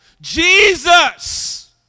Jesus